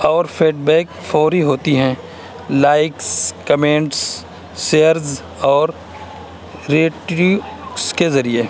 اور feedback فوری ہوتی ہیں لائکس کمینٹس شیئرس اور ریٹرو کے ذریعے